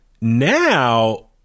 Now